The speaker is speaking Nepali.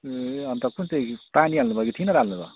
ए अन्त कुन चाहिँ पानी हाल्नुभयो कि थिनर हाल्नुभयो